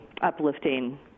uplifting